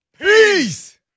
Peace